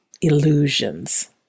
Illusions